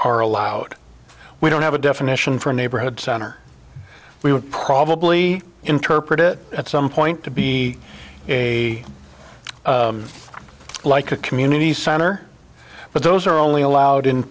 are allowed we don't have a definition for a neighborhood center we would probably interpret it at some point to be a like a community center but those are only allowed in